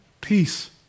peace